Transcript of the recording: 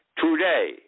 Today